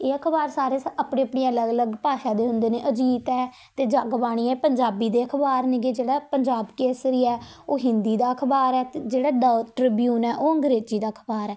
ਇਹ ਅਖ਼ਬਾਰ ਸਾਰੇ ਆਪਣੀ ਆਪਣੀ ਅਲੱਗ ਅਲੱਗ ਭਾਸ਼ਾ ਦੇ ਹੁੰਦੇ ਨੇ ਅਜੀਤ ਹੈ ਅਤੇ ਜਗਬਾਣੀ ਹੈ ਪੰਜਾਬੀ ਦੇ ਅਖ਼ਬਾਰ ਨੇਗੇ ਜਿਹੜਾ ਪੰਜਾਬ ਕੇਸਰੀ ਹੈ ਉਹ ਹਿੰਦੀ ਦਾ ਅਖ਼ਬਾਰ ਹੈ ਅਤੇ ਜਿਹੜਾ ਦ ਟ੍ਰਿਬਿਊਨ ਹੈ ਉਹ ਅੰਗਰੇਜ਼ੀ ਦਾ ਅਖ਼ਬਾਰ ਹੈ